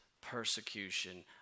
persecution